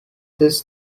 this